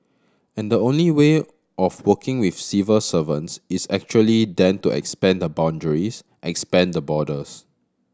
and the only way of working with civil servants is actually then to expand the boundaries expand the borders